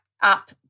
up